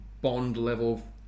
Bond-level